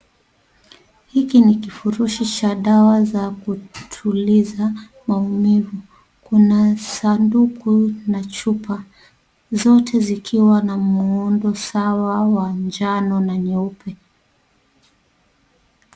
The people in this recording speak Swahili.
Hiki ni kifurushi cha dawa za kutuliza maumivu, kuna sanduku na chupa, zote zikiwa na muundo sawa wa njano na nyeupe.